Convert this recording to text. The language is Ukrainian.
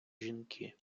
жінки